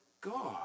God